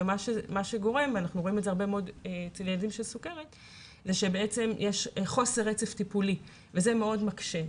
וזה גורם לכך שיש חוסר רצף טיפול שמאוד מקשה,